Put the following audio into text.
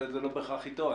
אבל זה לא בהכרח אתו.